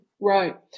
Right